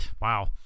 wow